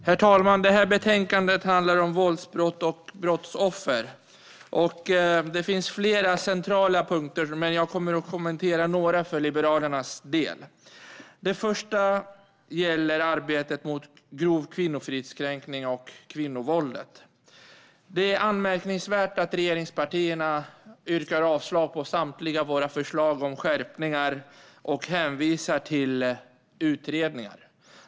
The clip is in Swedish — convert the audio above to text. Herr talman! Det här betänkandet handlar om våldsbrott och brottsoffer. Det finns flera centrala punkter, men jag kommer att kommentera några för Liberalernas del. Det första gäller arbetet mot grov kvinnofridskränkning och kvinnovåld. Det är anmärkningsvärt att regeringspartierna yrkar avslag på samtliga våra förslag om skärpningar och att man hänvisar till utredningar.